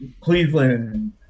Cleveland